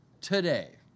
today